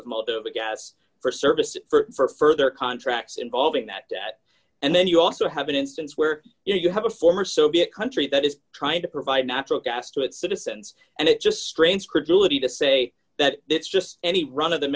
of most of the gas for service for further contracts involving that and then you also have an instance where you have a former soviet country that is trying to provide natural gas to its citizens and it just strains credulity to say that it's just any run of the